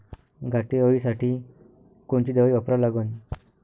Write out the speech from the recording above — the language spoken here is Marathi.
घाटे अळी साठी कोनची दवाई वापरा लागन?